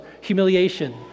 humiliation